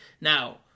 Now